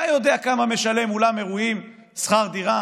אתה יודע כמה שכר דירה